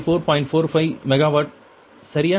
45 megawatt சரியா